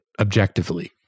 objectively